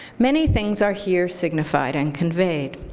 many things are here signified and conveyed.